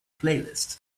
playlist